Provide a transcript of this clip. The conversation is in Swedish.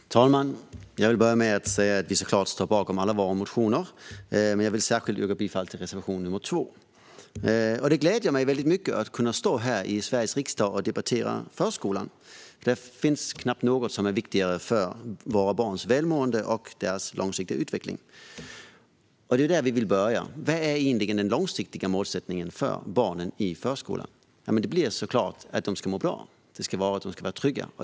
Fru talman! Till en början vill jag säga att vi såklart står bakom alla våra motioner, men jag vill särskilt yrka bifall till reservation nr 2. Det gläder mig väldigt mycket att kunna stå här i Sveriges riksdag och debattera förskolan. Det finns knappt något som är viktigare för våra barns välmående och deras långsiktiga utveckling. Det är där vi vill börja. Vad innebär egentligen den långsiktiga målsättningen för barnen i förskolan? Det är självklart att de ska må bra. De ska vara trygga.